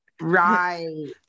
right